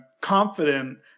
confident